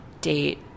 date